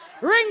Ring